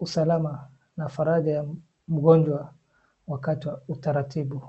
usalama na faragha ya mgonjwa wakati wa utaratibu.